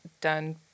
done